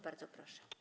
Bardzo proszę.